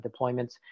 deployments